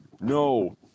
No